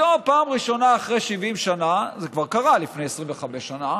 פעם ראשונה אחרי 70 שנה, זה כבר קרה לפני 25 שנה,